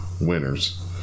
winners